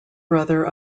brother